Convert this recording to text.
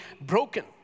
broken